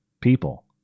people